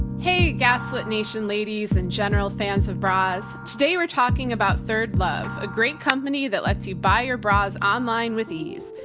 hey gaslit nation ladies and general fans of bras, today we're talking about third love, a great company that lets you buy your bras online with ease.